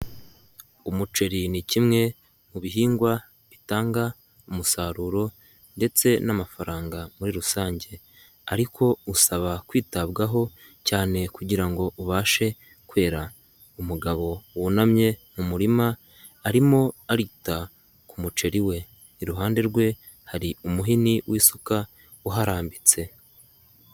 Umuceri ni kimwe mu bihingwa bitanga umusaruro ndetse n'amafaranga muri rusange ariko usaba kwitabwaho cyane kugira ngo ubashe kwera, umugabo wunamye mu murima arimo arita ku muceri we, iruhande rwe hari umuhini w'isuka uharambitse.